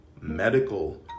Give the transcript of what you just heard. medical